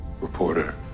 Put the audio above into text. reporter